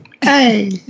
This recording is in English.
Hey